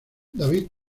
david